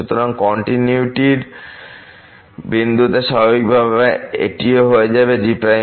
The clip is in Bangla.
সুতরাং কন্টিনিউয়িটির বিন্দুতে স্বাভাবিকভাবে এটিও হয়ে যাবে g